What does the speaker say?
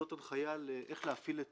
זאת הנחיה איך להפעיל את